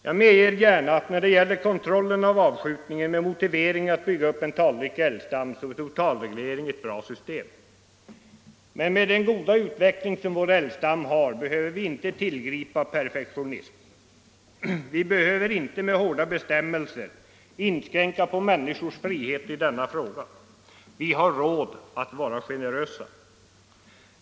Jag medger gärna att för en kontroll av avskjutningen, syftande till att bygga upp en talrik älgstam, är totalreglering ett bra system. Men med den goda utveckling som vår älgstam har behöver vi inte tillgripa perfektionism. Vi behöver inte med hårda bestämmelser kränka människornas frihet i denna fråga. Vi har råd att vara generösa.